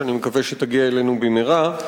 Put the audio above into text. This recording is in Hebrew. שאני מקווה שהיא תגיע אלינו במהרה.